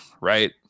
right